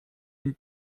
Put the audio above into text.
une